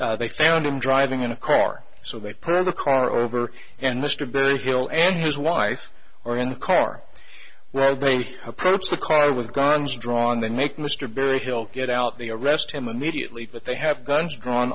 and they found him driving in a car so they per the car over and mr benny hill and his wife or in the car where they approached the car with guns drawn then make mr barry hill get out they arrest him immediately but they have guns drawn